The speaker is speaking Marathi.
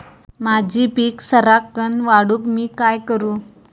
माझी पीक सराक्कन वाढूक मी काय करू?